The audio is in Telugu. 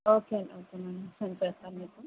ఓకే ఓకే మేడం సెండ్ చేస్తాను మీకు